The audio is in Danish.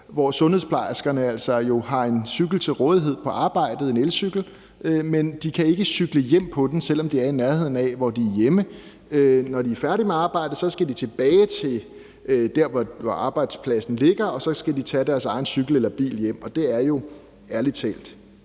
hvor sundhedsplejerskerne har en elcykel til rådighed på arbejdet, men de kan ikke cykle hjem på den, selv om de er i nærheden af deres hjem på deres sidste tur. Når de er færdige med arbejdet, skal de tilbage til der, hvor arbejdspladsen ligger, og så skal de tage deres egen cykel eller bil hjem, og det er jo ærlig talt